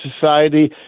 society